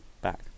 back